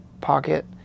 pocket